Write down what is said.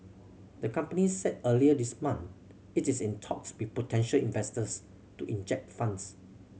the company said earlier this month it's in talks with potential investors to inject funds